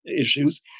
issues